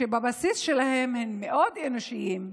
בבסיס שלהן הן מאוד אנושיות,